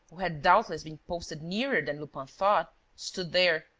who had doubtless been posted nearer than lupin thought, stood there,